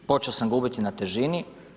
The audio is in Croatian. Počeo sam gubiti na težini.